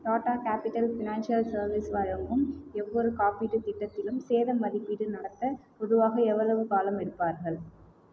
Tata capital financial service வழங்கும் எவ்வொரு காப்பீட்டுத் திட்டத்திலும் சேத மதிப்பீடு நடத்த பொதுவாக எவ்வளவு காலம் எடுப்பார்கள்